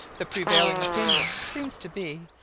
the prevailing opinion seems to be,